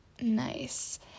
Nice